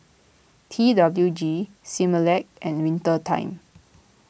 T W G Similac and Winter Time